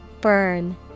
Burn